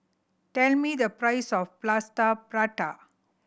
tell me the price of Plaster Prata